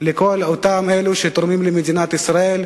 לכל אלה שתורמים למדינת ישראל,